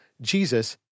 Jesus